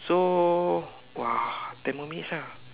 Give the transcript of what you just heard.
so !wah! ten more minutes ah